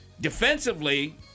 defensively